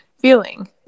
feeling